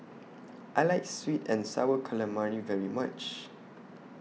I like Sweet and Sour Calamari very much